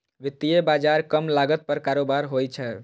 वित्तीय बाजार कम लागत पर कारोबार होइ छै